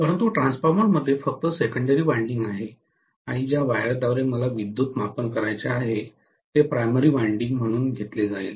परंतु ट्रान्सफॉर्मरमध्ये फक्त सेकंडरी वायंडिंग आहे आणि ज्या वायरद्वारे मला विद्युत् मापन करायचे आहे ते प्रायमरी वायंडिंग म्हणून घेतले जाईल